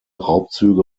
raubzüge